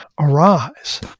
arise